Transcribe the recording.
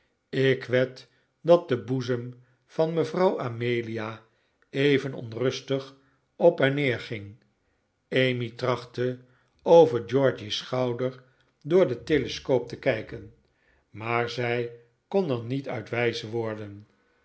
ik wed dat de boezem van mevrouw amelia even onrustig op en neer ging emmy trachtte over georgy's schouder door den telescoop te kijken maar zij kon er niet uit wijs worden